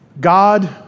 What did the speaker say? God